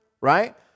right